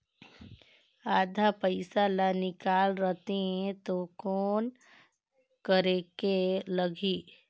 आधा पइसा ला निकाल रतें तो कौन करेके लगही?